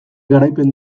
garaipen